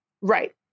Right